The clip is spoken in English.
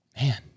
Man